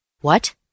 What